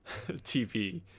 TV